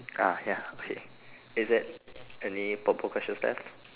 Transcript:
uh ya okay is it any purple questions left